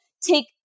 take